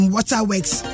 Waterworks